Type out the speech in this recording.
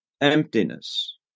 emptiness